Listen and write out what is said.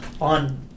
on